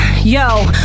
yo